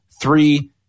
three